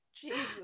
Jesus